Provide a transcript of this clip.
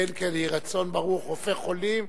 אמן, כן יהי רצון, ברוך רופא חולים.